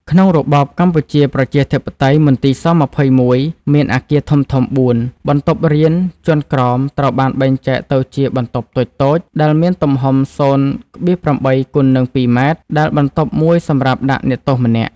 ក្នុងរបបកម្ពុជាប្រជាធិបតេយ្យ មន្ទីរ ស-២១ មានអគារធំៗបួន បន្ទប់រៀនជាន់ក្រោមត្រូវបានបែងចែកទៅជាបន្ទប់តូចៗ ដែលមានទំហំ០,៨គុណនឹង២ម៉ែត្រ ដែលបន្ទប់មួយសម្រាប់ដាក់អ្នកទោសម្នាក់ ។